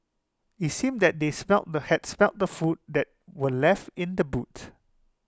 IT seemed that they smelt they had smelt the food that were left in the boot